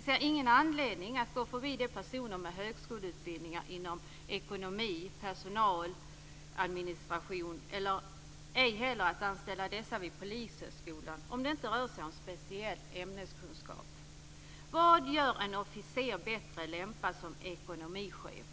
Vi ser ingen anledning att gå förbi personer med högskoleutbildning inom ekonomi, personal, administration. Vi anser ej heller att man ska anställa dessa officerare vid Polishögskolan om det inte rör sig om speciell ämneskunskap. Vad gör en officer bättre lämpad som ekonomichef